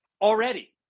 Already